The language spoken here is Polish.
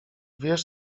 wiesz